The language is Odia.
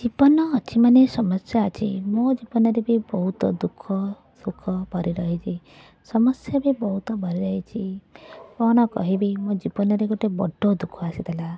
ଜୀବନ ଅଛି ମାନେ ସମସ୍ୟା ଅଛି ମୋ ଜୀବନରେ ବି ବହୁତ ଦୁଃଖସୁଖ ଭରି ରହିଛି ସମସ୍ୟା ବି ବହୁତ ଭରି ରହିଛି କ'ଣ କହିବି ମୋ ଜୀବନରେ ଗୋଟେ ବଡ଼ ଦୁଃଖ ଆସିଥିଲା